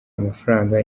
amafaranga